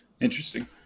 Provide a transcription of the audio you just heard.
Interesting